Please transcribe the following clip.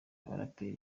abaraperi